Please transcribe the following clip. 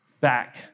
back